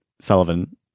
Sullivan